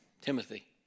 Timothy